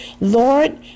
Lord